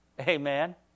Amen